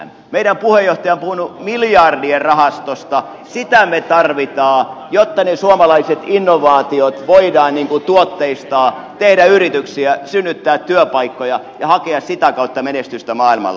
meidän puheenjohtaja on puhunut miljardien rahastosta sitä me tarvitsemme jotta ne suomalaiset innovaatiot voidaan tuotteistaa tehdä yrityksiä synnyttää työpaikkoja ja hakea sitä kautta menestystä maailmalla